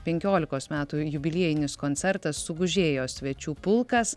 penkiolikos metų jubiliejinis koncertas sugužėjo svečių pulkas